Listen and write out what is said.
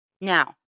Now